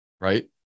right